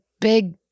big